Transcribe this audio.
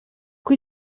qui